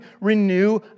renew